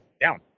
down